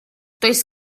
does